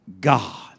God